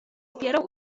opierał